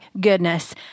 goodness